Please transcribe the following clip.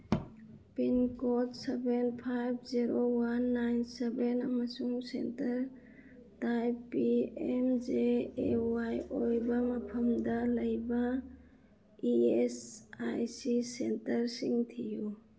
pincode seven five zero one nine seven ꯑꯃꯁꯨꯡ centre type P M J A Y ꯑꯣꯏꯕ ꯃꯐꯝꯗ ꯂꯩꯕ E S I C ꯁꯦꯟꯇꯔꯁꯤꯡ ꯊꯤꯌꯨ